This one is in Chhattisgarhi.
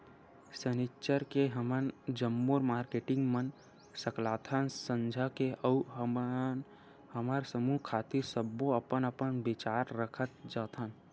सनिच्चर के हमन जम्मो मारकेटिंग मन सकलाथन संझा के अउ हमर समूह खातिर सब्बो अपन अपन बिचार रखत जाथन